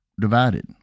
divided